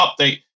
update